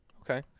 Okay